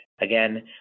Again